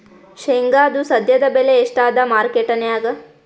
ಶೇಂಗಾದು ಸದ್ಯದಬೆಲೆ ಎಷ್ಟಾದಾ ಮಾರಕೆಟನ್ಯಾಗ?